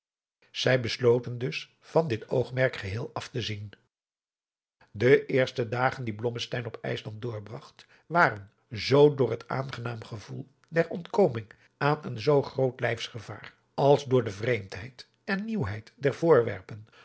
zij besloten dus van dit hun oogmerk geheel af te zien de eerste dagen die blommesteyn op ijsland doorbragt waren zoo door het aangenaam gevoel der ontkoming aan een zoo groot lijfsgevaar als door de vreemdheid en nieuwheid der voorwerpen